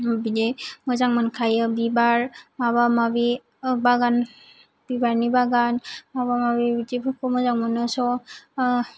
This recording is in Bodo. बिदि मोजां मोनखायो बिबार माबा माबि बागान बिबारनि बागान माबा माबि बिदिफोरखौ मोजां मोनो स'